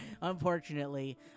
unfortunately